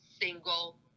single